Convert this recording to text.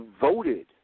voted